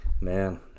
man